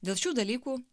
dėl šių dalykų